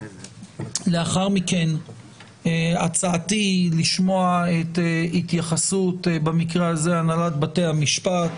לאחר מכן הצעתי היא לשמוע את ההתייחסות הנהלת בתי המשפט